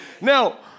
Now